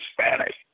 Spanish